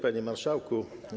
Panie Marszałku!